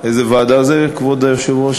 איזו ועדה זו, כבוד היושב-ראש?